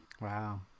Wow